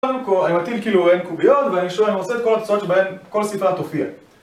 אני מטיל כאילו אין קוביות ואני שוב אני רוצה את כל התוצאות שבהן כל ספרה תופיע